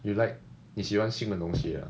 you like 妳喜欢新的东西啊